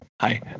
Hi